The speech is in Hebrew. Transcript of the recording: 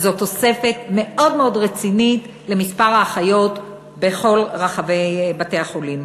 וזו תוספת מאוד רצינית למספר האחיות בכל רחבי בתי-החולים.